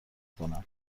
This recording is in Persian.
کنم